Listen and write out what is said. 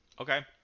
Okay